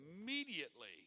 immediately